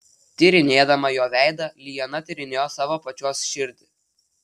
tyrinėdama jo veidą liana tyrinėjo savo pačios širdį